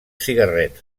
cigarret